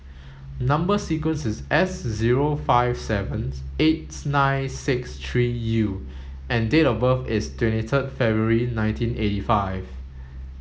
number sequence is S zero five sevens eight nine six three U and date of birth is twenty third February nineteen eighty five